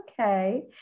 Okay